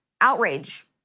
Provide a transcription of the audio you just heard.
Outrage